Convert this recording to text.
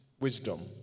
Wisdom